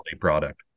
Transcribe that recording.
product